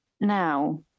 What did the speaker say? Now